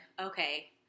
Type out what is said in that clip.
okay